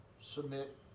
submit